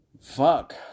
fuck